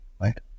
right